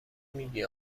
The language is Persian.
میگی